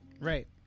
Right